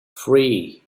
three